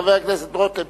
חבר הכנסת רותם,